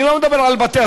אני לא מדבר על בתי-הספר,